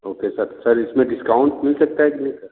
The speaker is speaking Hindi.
ओके सर सर इसमें डिस्काउंट मिल सकता है कि नहीं सर